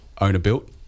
owner-built